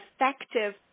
effective